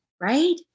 Right